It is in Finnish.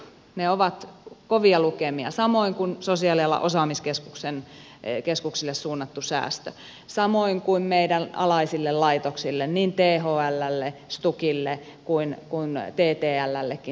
ne ovat kovia lukemia samoin kuin sosiaalialan osaamiskeskuksille suunnattu säästö samoin kuin meidän alaisille laitoksille niin thllle stukille kuin ttlllekin suunnatut säästöt